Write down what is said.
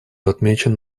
отмечен